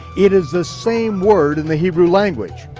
it is the same word in the hebrew language.